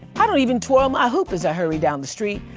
i don't even twirl my hoop as i hurry down the street.